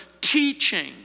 teaching